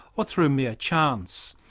or through mere chance.